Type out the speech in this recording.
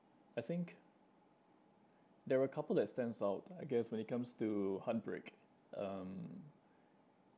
I think there are a couple that stands out I guess when it comes to heartbreak um